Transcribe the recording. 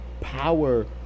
power